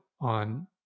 on